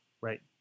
right